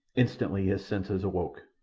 instantly his senses awoke,